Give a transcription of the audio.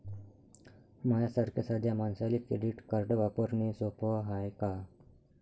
माह्या सारख्या साध्या मानसाले क्रेडिट कार्ड वापरने सोपं हाय का?